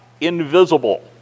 invisible